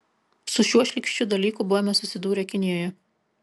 su šiuo šlykščiu dalyku buvome susidūrę kinijoje